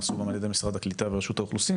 שנעשו על ידי משרד העלייה והקליטה ורשות האוכלוסין,